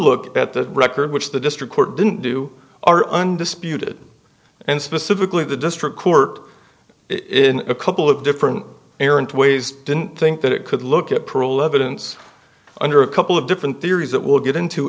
look at the record which the district court didn't do are undisputed and specifically the district court in a couple of different errant ways didn't think that it could look at parole evidence under a couple of different theories that would get into